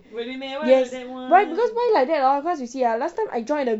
yes why because why like that hor cause you see ah last time I join the